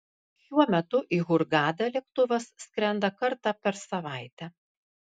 šiuo metu į hurgadą lėktuvas skrenda kartą per savaitę